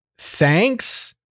thanks